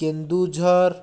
Keonjhar